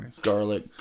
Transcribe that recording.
garlic